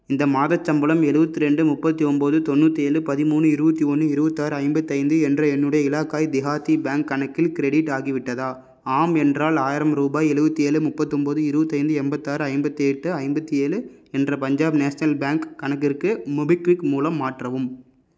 இந்த மாதச் சம்பளம் எழுவத்தி ரெண்டு முப்பத்தி ஒன்போது தொண்ணூற்றி ஏழு பதிமூணு இருபத்தி ஒன்று இருபத்தாறு ஐம்பத்தி ஐந்து என்ற என்னுடைய இலாகாயி தேஹாதி பேங்க் கணக்கில் க்ரெடிட் ஆகிவிட்டதா ஆம் என்றால் ஆயிரம் ரூபாய் எழுவத்தி ஏழு முப்பத்தொன்போது இருபத்தி ஐந்து எண்பத்தாறு ஐம்பத்தி எட்டு ஐம்பத்தி ஏழு என்ற பஞ்சாப் நேஷனல் பேங்க் கணக்கிற்கு மோபிக்விக் மூலம் மாற்றவும்